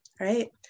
right